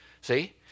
see